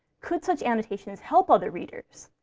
could such annotations help other readers?